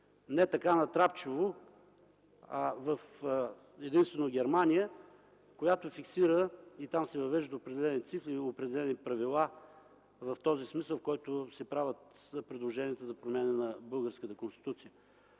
не така натрапчиво, единствено в Германия, която фиксира и там се въвеждат определени цифри и определени правила в този смисъл, в който се правят предложенията за промени в българската Конституция.